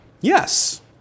Yes